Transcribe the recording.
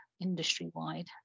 industry-wide